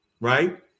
right